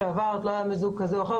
אם יש מיזוג כזה או אחר,